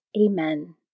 Amen